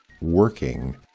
...working